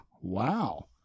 wow